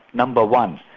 number one,